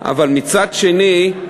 אבל מצד שני,